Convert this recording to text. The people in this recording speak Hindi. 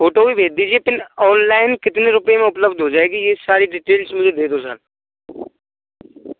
फोटो भी भेज दीजिए फिर ऑनलाइन कितने रुपए में उपलब्ध हो जाएगी ये सारी डिटेल्स मुझे दे दो सर